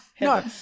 No